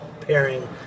pairing